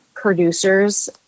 producers